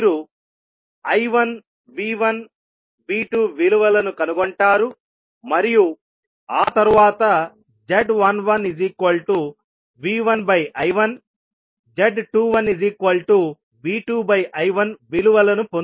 మీరు I1 V1 V2 విలువలను కనుగొంటారు మరియు ఆ తర్వాత z11V1I1 z21V2I1 విలువలను పొందుతారు